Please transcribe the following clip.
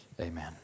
Amen